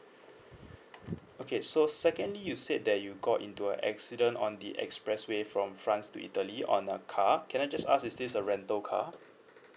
okay so secondly you say that you got into a accident on the expressway from france to italy on a car can I just ask is this a rental car